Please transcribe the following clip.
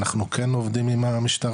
אנחנו כן עובדים עם המשטרה,